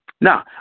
Now